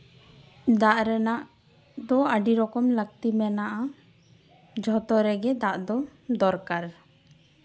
ᱫᱟᱜ ᱨᱮᱱᱟᱜ ᱫᱚ ᱟᱹᱰᱤ ᱨᱚᱠᱚᱢ ᱞᱟᱹᱠᱛᱤ ᱢᱮᱱᱟᱜᱼᱟ ᱡᱷᱚᱛᱚ ᱨᱮᱜᱮ ᱫᱟᱜ ᱫᱚ ᱫᱚᱨᱠᱟᱨ